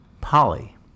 Polly